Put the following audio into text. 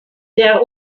der